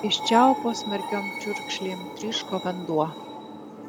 iš čiaupo smarkiom čiurkšlėm tryško vanduo